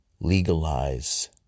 legalize